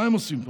מה הם עושים פה?